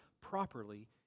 properly